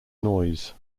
noise